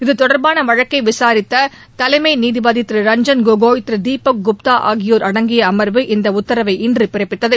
இது தொடர்பான வழக்கை விசாரித்த தலைமை நீதிபதி திரு ரஞ்ஜன் கோகோய் திரு தீபக் குப்தா ஆகியோர் அடங்கிய அமர்வு இந்த உத்தரவை இன்று பிறப்பித்தது